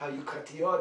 היוקרתיות,